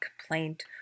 complaint